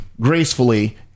gracefully